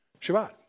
Shabbat